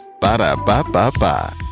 Ba-da-ba-ba-ba